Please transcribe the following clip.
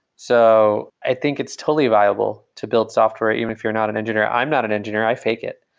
so i think it's totally viable to build software even if you're not an engineer. i'm not an engineer. i fake it,